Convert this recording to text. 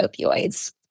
opioids